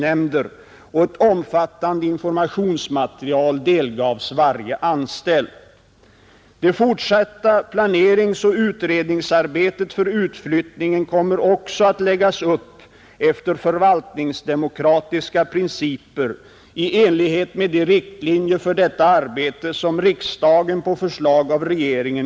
Utskottet säger vidare att det är angeläget att personalen i det fortsatta — jag stryker under fortsatta — planeringsoch utredningsarbetet bereds inflytande. Hade detta viktiga och centrala företagsdemokratiska krav iakttagits i samband med den nyss beslutade utlokaliseringen hade något särskilt påpekande självfallet icke erfordrats beträffande fortsättningen.